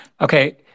Okay